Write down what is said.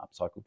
upcycled